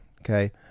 Okay